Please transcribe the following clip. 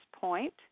point